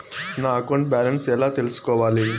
నా account balance ఎలా తెల్సుకోవాలి